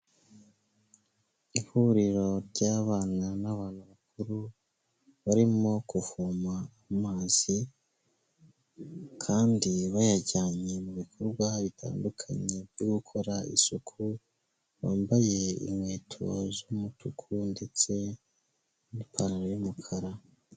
Ihuriro ry'abana n'abantu bakuru, barimo kuvoma amazi kandi bayajyanye mu bikorwa bitandukanye byo gukora isuku, bambaye inkweto z'umutuku ndetse n'ipantaro y'umukara.